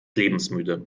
lebensmüde